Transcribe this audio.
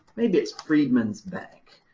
maybe it's freedmen's bank,